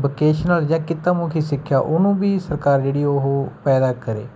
vocational ਜਾਂ ਕਿੱਤਾ ਮੁਖੀ ਸਿੱਖਿਆ ਉਹਨੂੰ ਵੀ ਸਰਕਾਰ ਜਿਹੜੀ ਉਹ ਪੈਦਾ ਕਰੇ